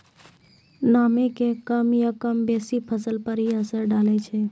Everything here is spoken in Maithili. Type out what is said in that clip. नामी के कम या बेसी फसल पर की असर डाले छै?